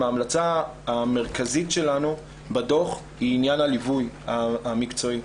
ההמלצה המרכזית שלנו בדוח היא עניין הליווי המקצועי,